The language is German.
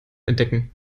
entdecken